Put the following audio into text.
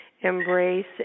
embrace